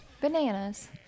Bananas